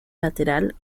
lateral